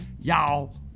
y'all